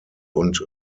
und